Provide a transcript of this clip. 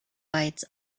bites